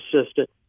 assistant